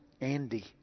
Andy